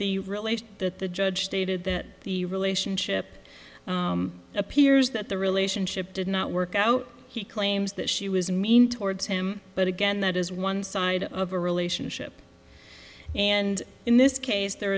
relate that the judge stated that the relationship appears that the relationship did not work out he claims that she was mean towards him but again that is one side of a relationship and in this case there